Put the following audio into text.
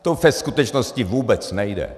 To ve skutečnosti vůbec nejde.